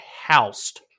housed